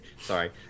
Sorry